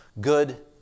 good